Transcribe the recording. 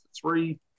three